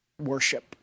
worship